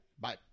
Bye